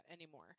anymore